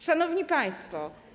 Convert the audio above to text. Szanowni Państwo!